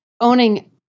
owning